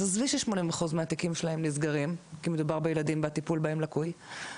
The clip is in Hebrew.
אז עזבי ש-80% מהתיקים שלהם נסגרים כי מדובר בילדים והטיפול בהם לקוי,